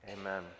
Amen